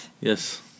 Yes